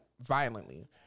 violently